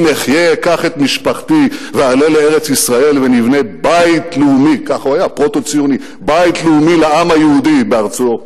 אקח את משפחתי ואעלה לארץ-ישראל ונבנה בית לאומי לעם היהודי בארצו,